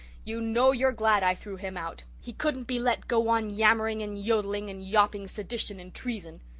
you know you're glad i threw him out he couldn't be let go on yammering and yodelling and yawping sedition and treason.